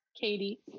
Katie